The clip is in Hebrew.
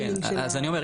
אז אני אומר,